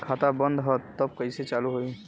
खाता बंद ह तब कईसे चालू होई?